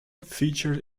featured